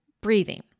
breathing